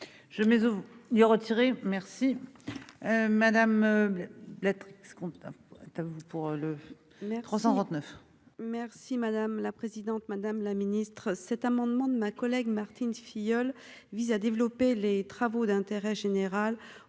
Je mais vous il retiré merci madame meubles lettre ce contente vous pour le 339. Si madame la présidente, madame la Ministre, cet amendement de ma collègue Martine Filleul, vise à développer les travaux d'intérêt général